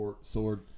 sword